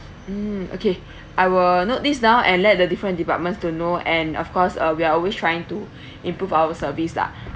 hmm okay I will note this down and let the different departments to know and of course uh we are always trying to improve our service lah